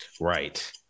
Right